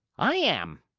i am!